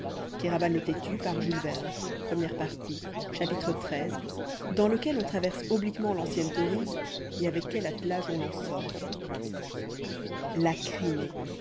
xiii dans lequel on traverse obliquement l'ancienne tauride et avec quel attelage on en sort la crimée